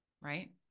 right